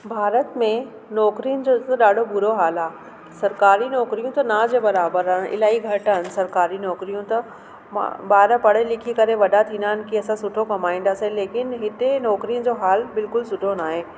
भारत में नौकिरीनि जो तो ॾाढो बुरो हाल आहे सरकारी नौकिरियूं त ना जे बराबरि आहे इलाही घटि आहिनि सरकारी नौकिरियूं त मां ॿार पढ़े लिखी करे वॾा थींदा आहिनि की असां सुठो कमाईंदासीं लेकिन हिते नौकिरीनि जो हाल बिल्कुलु सुठो न आहे